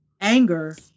anger